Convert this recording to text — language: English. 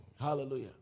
Hallelujah